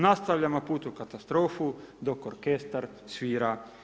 Nastavljamo put u katastrofu, dok orkestar svira.